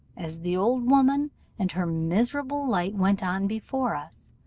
as the old woman and her miserable light went on before us,